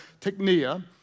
technia